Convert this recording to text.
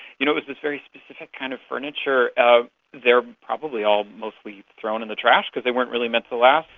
you know it was this very specific kind of furniture. they are probably all mostly thrown in the trash because they weren't really meant to last.